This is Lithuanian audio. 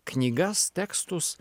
knygas tekstus